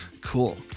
Cool